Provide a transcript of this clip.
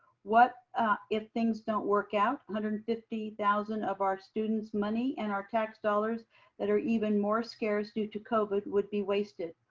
what if things don't work out. hundred and fifty thousand of our students money and our tax dollars that are even more scarce due to covid would be wasted.